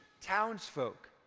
townsfolk